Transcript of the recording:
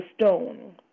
stone